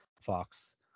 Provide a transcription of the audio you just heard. Fox